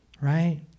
right